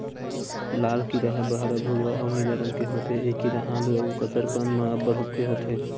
लाल कीरा ह बहरा भूरवा अउ नीला रंग के होथे ए कीरा आलू अउ कसरकंद म अब्बड़ के होथे